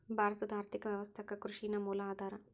ಭಾರತದ್ ಆರ್ಥಿಕ ವ್ಯವಸ್ಥಾಕ್ಕ ಕೃಷಿ ನ ಮೂಲ ಆಧಾರಾ